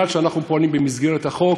משום שאנחנו פועלים במסגרת החוק,